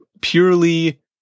purely